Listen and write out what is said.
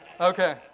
Okay